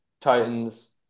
Titans